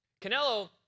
Canelo